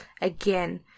again